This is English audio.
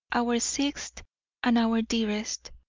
our sixth and our dearest,